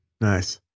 Nice